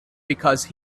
because